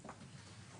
לכולם.